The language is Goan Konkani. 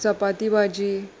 चपाती भाजी